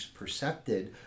percepted